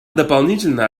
дополнительно